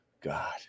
God